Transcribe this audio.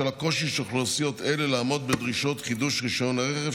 בשל הקושי של אוכלוסיות אלה לעמוד בדרישות חידוש רישיון הרכב,